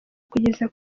kugeza